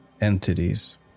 entities